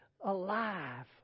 alive